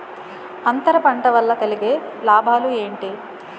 అంతర పంట వల్ల కలిగే లాభాలు ఏంటి